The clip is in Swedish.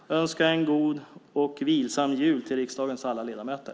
Jag önskar en god och vilsam jul till riksdagens alla ledamöter.